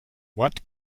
what